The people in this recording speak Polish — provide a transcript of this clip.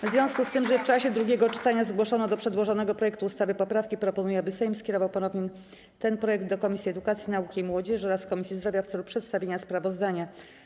W związku z tym, że w czasie drugiego czytania zgłoszono do przedłożonego projektu ustawy poprawki, proponuję, aby Sejm skierował ponownie ten projekt do Komisji Edukacji, Nauki i Młodzieży oraz Komisji Zdrowia w celu przedstawienia sprawozdania.